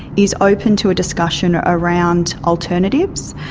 is open to a discussion around alternatives,